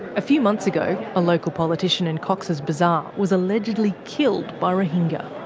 a few months ago, a local politician in cox's bazar was allegedly killed by rohingya.